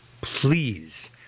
please